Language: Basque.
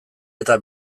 eta